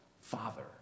Father